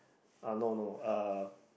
uh no no uh